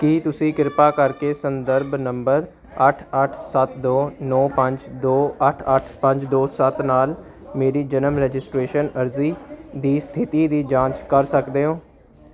ਕੀ ਤੁਸੀਂ ਕਿਰਪਾ ਕਰਕੇ ਸੰਦਰਭ ਨੰਬਰ ਅੱਠ ਅੱਠ ਸੱਤ ਦੋ ਨੌਂ ਪੰਜ ਦੋ ਅੱਠ ਅੱਠ ਪੰਜ ਦੋ ਸੱਤ ਨਾਲ ਮੇਰੀ ਜਨਮ ਰਜਿਸਟ੍ਰੇਸ਼ਨ ਅਰਜ਼ੀ ਦੀ ਸਥਿਤੀ ਦੀ ਜਾਂਚ ਕਰ ਸਕਦੇ ਹੋ